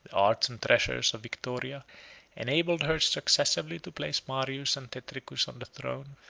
arts and treasures of victoria enabled her successively to place marius and tetricus on the throne,